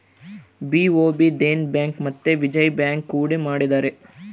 BOB Dena bank ಮತ್ತೆ Vijaya bank ಕೂಡಿ ಮಾಡಿದರೆ